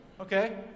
Okay